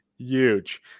Huge